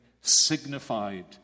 signified